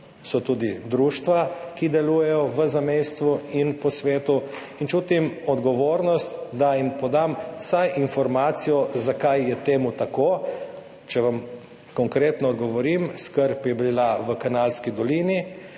so tudi društva, ki delujejo v zamejstvu in po svetu, in čutim odgovornost, da jim podam vsaj informacijo, zakaj je temu tako. Če vam konkretno odgovorim, skrb je bila v Kanalski dolini,